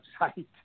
website